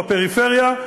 בפריפריה,